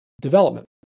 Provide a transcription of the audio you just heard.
development